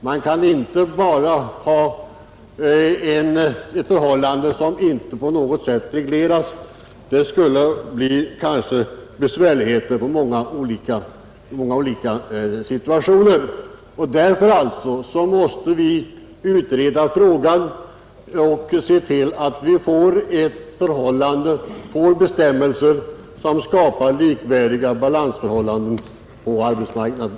Man kan inte ha ett förhållande som inte på något sätt regleras; annars skulle det uppstå besvärligheter i många olika situationer. Därför måste vi alltså utreda frågan och se till att vi får bestämmelser som skapar balans och likvärdiga förhållanden på arbetsmarknaden.